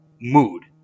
mood